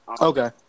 Okay